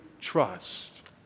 trust